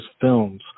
films